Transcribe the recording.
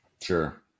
sure